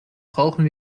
brauchen